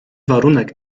warunek